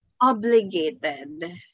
Obligated